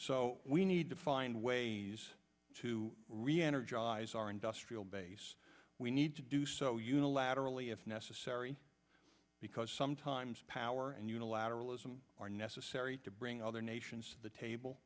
so we need to find ways to reenergize our industrial base we need to do so unilaterally if necessary because sometimes power and unilateralism are necessary to bring other nations the table